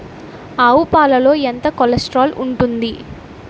ఆవు పాలలో ఎంత కొలెస్ట్రాల్ ఉంటుంది?